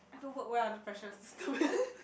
I don't work well under pressure